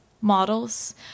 models